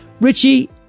Richie